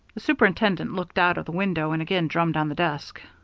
the superintendent looked out of the window and again drummed on the desk.